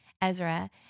Ezra